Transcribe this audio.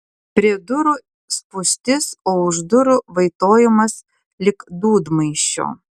prie durų spūstis o už durų vaitojimas lyg dūdmaišio